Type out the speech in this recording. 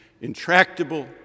intractable